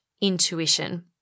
intuition